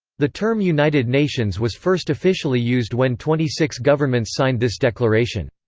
the term united nations was first officially used when twenty six governments signed this declaration.